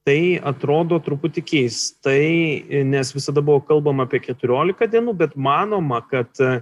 tai atrodo truputį keistai nes visada buvo kalbama apie keturiolika dienų bet manoma kad